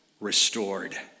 restored